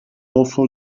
pozo